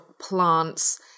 plants